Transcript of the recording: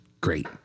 great